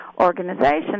organization